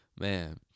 Man